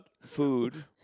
food